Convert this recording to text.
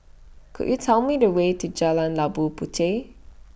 Could YOU Tell Me The Way to Jalan Labu Puteh